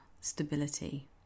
stability